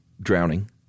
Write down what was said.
Drowning